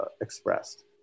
expressed